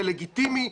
זה לגיטימי,